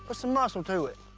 ah some muscle to it.